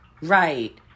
right